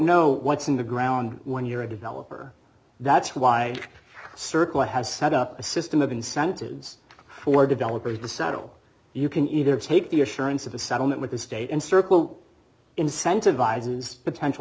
know what's in the ground when you're a developer that's why circle has set up a system of incentives for developers to settle you can either take the assurance of a settlement with the state and circle incentivizes potential